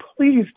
please